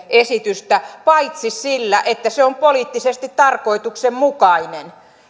esitystä paitsi sillä että se on poliittisesti tarkoituksenmukainen